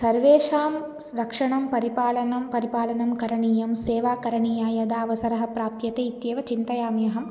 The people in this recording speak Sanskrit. सर्वेषां स् रक्षणं परिपालनं परिपालनं करणीयं सेवा करणीया यदा अवसरः प्राप्यते इत्येव चिन्तयामि अहं